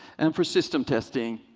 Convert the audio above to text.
and for system testing,